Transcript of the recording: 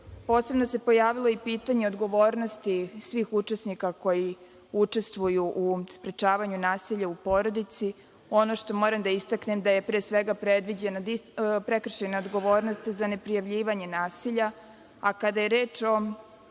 zakon. Posebno se pojavilo i pitanje odgovornosti svih učesnika koji učestvuju u sprečavanju nasilja u porodici. Ono što moram da istaknem, da je pre svega predviđena prekršajna odgovornost za neprijavljivanje nasilja. Kada je reč o